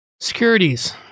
securities